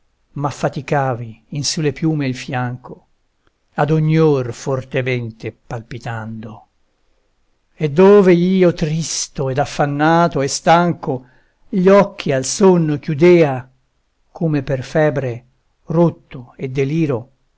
miserando m'affaticavi in su le piume il fianco ad ogni or fortemente palpitando e dove io tristo ed affannato e stanco gli occhi al sonno chiudea come per febre rotto e deliro